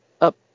up